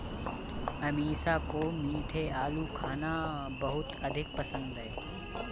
अमीषा को मीठे आलू खाना बहुत अधिक पसंद है